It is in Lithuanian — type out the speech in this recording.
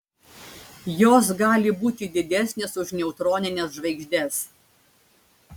jos gali būti didesnės už neutronines žvaigždes